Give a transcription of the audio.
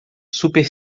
super